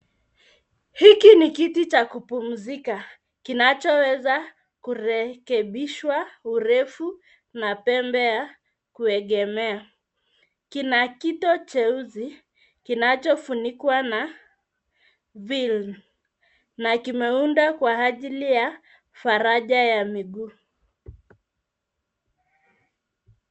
Hiki ni kiti cha kupumzika kinacho weza kurekebishwa urefu na pembe ya kuegemea. Kina kituo cheusi kinacho funikwa na [cs ] vill [cs ] na kimeundwa kwa ajili ya faraja ya miguu.